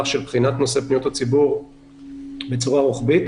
של בחינת נושא פניות הציבור בצורה רוחבית,